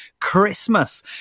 Christmas